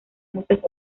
muchas